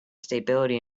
stability